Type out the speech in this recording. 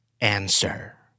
answer